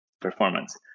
performance